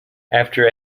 after